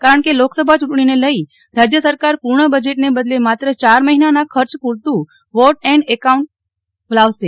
કારણ કે લોકસભા ચુંટણીને લઇ રાજ્ય સરકાર પૂર્ણ બજેટ ને બદલે માત્ર ચાર મહિનાના ખર્ચ પુરતું વોટ એન એકાઉન્ટ લાવશે